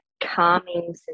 calming